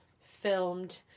filmed